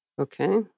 Okay